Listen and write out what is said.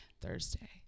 Thursday